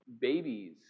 babies